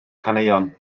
caneuon